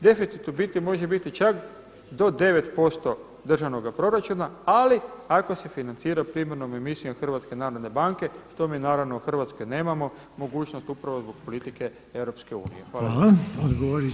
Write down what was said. Deficit u biti može biti čak do 9% državnoga proračuna ali ako se financira primarnom emisijom HNB-a što mi naravno u Hrvatskoj nemamo mogućnost upravo zbog politike EU.